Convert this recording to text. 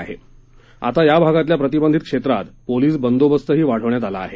आता या भागातल्या प्रतिबंधित क्षेत्रात पोलीस बंदोबस्तही वाढवण्यात आला आहे